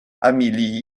amy